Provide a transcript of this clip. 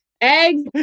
Eggs